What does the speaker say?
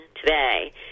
today